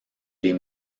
les